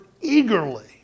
eagerly